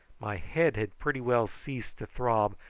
my head had pretty well ceased to throb,